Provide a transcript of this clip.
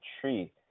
tree